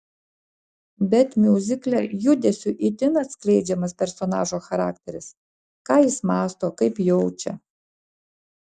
bet miuzikle judesiu itin atskleidžiamas personažo charakteris ką jis mąsto kaip jaučia